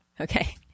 Okay